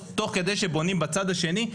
תוך כדי שבונים בצד השני,